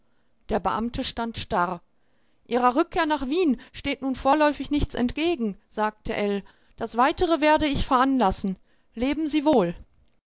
der beamte stand starr ihrer rückkehr nach wien steht nun vorläufig nichts entgegen sagte ell das weitere werde ich veranlassen leben sie wohl